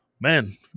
Man